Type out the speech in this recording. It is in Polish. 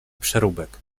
przeróbek